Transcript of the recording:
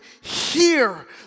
hear